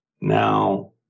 Now